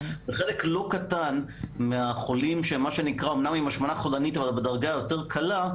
חלק לא קטן מהחולים שהם אמנם עם השמנה חולנית אבל בדרגה יותר קלה,